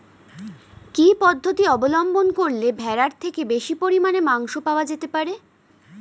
কি পদ্ধতিতে অবলম্বন করলে ভেড়ার থেকে বেশি পরিমাণে মাংস পাওয়া যেতে পারে?